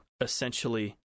essentially